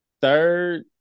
third